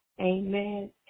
Amen